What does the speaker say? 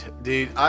Dude